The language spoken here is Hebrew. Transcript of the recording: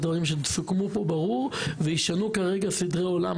דברים שסוכם עליהם כאן - וישנה סדרי עולם,